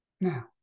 Now